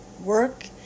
work